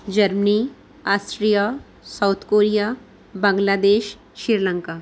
Germany Austria South Korea Bangladesh Sri Lanka